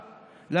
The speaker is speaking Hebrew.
לי: תודה רבה.